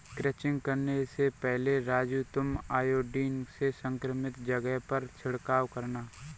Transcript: crutching करने से पहले राजू तुम आयोडीन से संक्रमित जगह पर छिड़काव करना